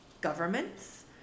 governments